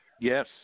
Yes